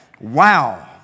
wow